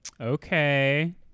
Okay